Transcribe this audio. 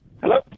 hello